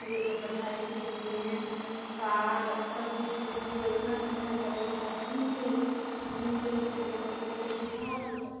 motorcycle train car सब किछुके योजना तऽ छै पर ओहि हिसाबसँ नहि मिलैत छै नहि मिलैत छै तऽ लोक ओहिके लेल पीछा हटैत छै